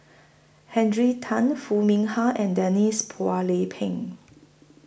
Tan Foo Mee Har and Denise Phua Lay Peng